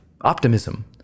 optimism